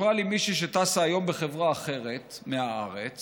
סיפרה לי מישהו שטסה היום בחברה אחרת מהארץ